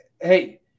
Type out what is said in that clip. hey